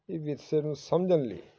ਇਹ ਵਿਰਸੇ ਨੂੰ ਸਮਝਣ ਲਈ